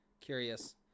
curious